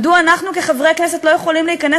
מדוע אנחנו כחברי כנסת לא יכולים להיכנס